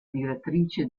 direttrice